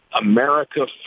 America